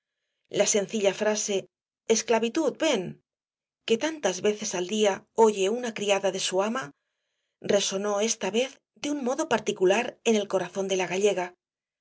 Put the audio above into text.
la sencilla frase esclavitud ven que tantas veces al día oye una criada de su ama resonó esta vez de un modo particular en el corazón de la gallega